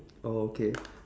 oh okay